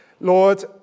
lord